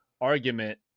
argument